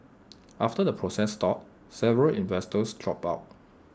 after the process stalled several investors dropped out